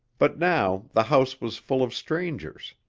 but now the house was full of strangers.